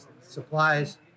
supplies